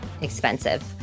expensive